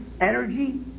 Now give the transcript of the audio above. energy